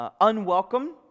unwelcome